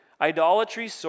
idolatry